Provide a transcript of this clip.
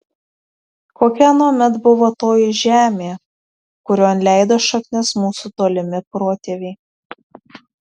kokia anuomet buvo toji žemė kurion leido šaknis mūsų tolimi protėviai